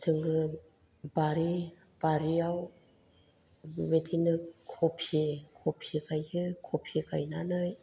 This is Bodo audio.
जोङो बारि बारियाव बिदिनो खफि खफि गायो खफि गायनानै